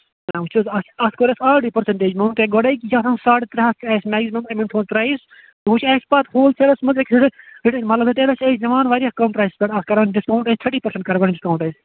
وُچھ حظ اَتھ کوٚر اَسہِ آلریڈی پٔرسَنٛٹیج مےٚ ووٚن تۄہہِ گۄڈے یہِ چھُ آسان ساڑ ترٛےٚ ہَتھ چھُ اَسہِ میکزِمم امیُک تھوٚومُت پرٛایِز وۅنۍ چھُ اَسہِ پَتہٕ ہول سیلَس منٛز ہیٚکہِ ہڑِتھ ہڑٕتھ مطلب ؤنکٮ۪نس چھِ أسۍ دِوان مطلب واریاہ کَم پرٛایسَس پٮ۪ٹھ اَکھ کران ڈِسکاوُنٛٹ تھٲرٹی پٔرسَنٛٹ کرو أسۍ ڈِسکاوُںٛٹ أسۍ